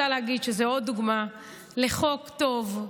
אבל אני גם רוצה להגיד שזו עוד דוגמה לחוק טוב,